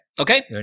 Okay